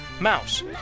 Mouse